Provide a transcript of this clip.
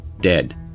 dead